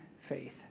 faith